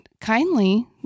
kindly